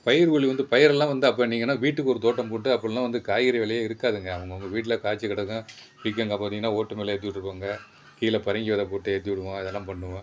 பயிர்கொல்லி வந்து பயிரெல்லாம் வந்து அப்போ நீங்கள் என்ன வீட்டுக்கு ஒரு தோட்டம் போட்டு அப்பிடிலாம் காய்கறி விலையே இருக்காதுங்க அவுங்கவங்க வீட்டில் காய்த்து கிடக்கும் பீர்க்கங்கா பார்த்தீங்கன்னா ஓட்டு மேலே ஏற்றி விட்ருப்பாங்க கீழே பரங்கி விதை போட்டு ஏற்றி விடுவோம் அதெல்லாம் பண்ணுவோம்